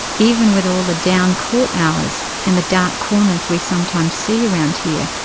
even with all the down court hours and the dark corners we sometimes see around here,